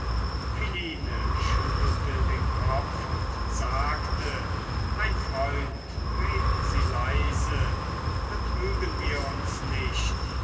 philine schüttelte den kopf und sagte mein freund reden sie leise betrügen wir uns nicht